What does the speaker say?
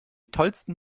tollsten